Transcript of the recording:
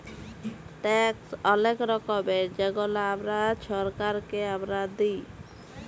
tax অলেক রকমের যেগলা আমরা ছরকারকে আমরা দিঁই